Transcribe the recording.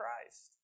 Christ